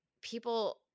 people